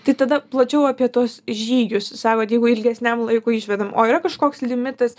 tai tada plačiau apie tuos žygius sakot jeigu ilgesniam laikui išvedam o yra kažkoks limitas